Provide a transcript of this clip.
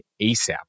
ASAP